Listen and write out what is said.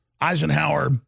Eisenhower